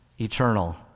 eternal